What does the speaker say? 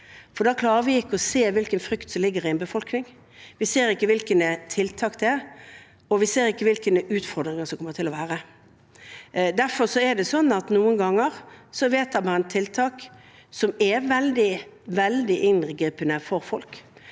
for da klarer vi ikke å se hvilken frykt som ligger i en befolkning. Vi ser ikke hvilke tiltak det er, og vi ser ikke hvilke utfordringer det kommer til å være. Derfor er det sånn at noen ganger vedtar man tiltak som er veldig, veldig inngripende for folk.